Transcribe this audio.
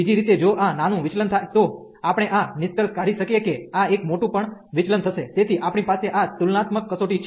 બીજી રીતે જો આ નાનું વિચલન થાય તો આપણે આ નિષ્કર્ષ કાઢી શકીએ કે આ એક મોટું પણ વિચલન થશે તેથી આપણી પાસે આ તુલનાત્મક કસોટી છે